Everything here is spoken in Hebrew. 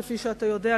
כפי שאתה יודע,